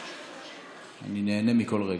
אני נהנה מכל רגע.